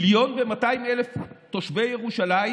1.2 מיליון תושבי ירושלים